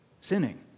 sinning